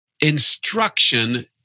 instruction